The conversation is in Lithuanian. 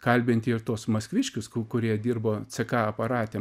kalbinti ir tuos maskviškius kurie dirbo ck aparate